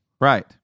Right